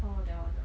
orh that one ah